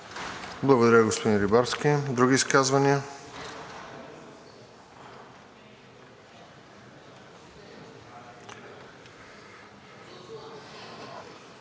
Благодаря, господин Рибарски. Други изказвания?